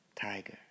Tiger